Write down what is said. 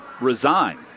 resigned